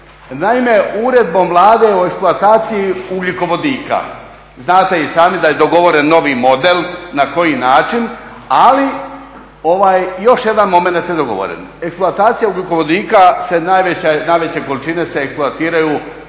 Naime, uredbom Vladi o eksploataciji ugljikovodika, znate i sami da je dogovoren novi model, na koji način, ali još jedan … je dogovoren. Eksploatacija ugljikovodika, najveće količine se eksploatiraju uz područje